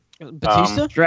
Batista